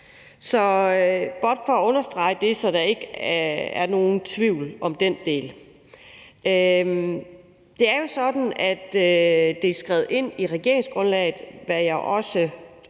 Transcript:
er blot for at understrege det, så der ikke er nogen tvivl om den del. Det er sådan, at det er skrevet ind i regeringsgrundlaget – hvad jeg også tror